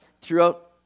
throughout